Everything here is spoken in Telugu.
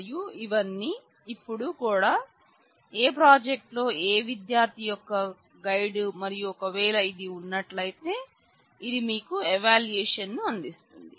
మరియు ఇప్పుడు ఇవన్నీ కూడా ఏ ప్రాజెక్ట్ లో ఏ విద్యార్థి యొక్క గైడ్ మరియు ఒకవేళ ఇది ఉన్నట్లయితే ఇది మీకు ఎవాల్యూయేషన్ ను అందిస్తుంది